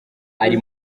ari